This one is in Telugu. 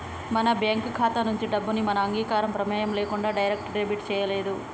మన బ్యేంకు ఖాతా నుంచి డబ్బుని మన అంగీకారం, ప్రెమేయం లేకుండా డైరెక్ట్ డెబిట్ చేయలేరు